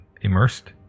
immersed